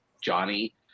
Johnny